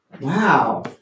wow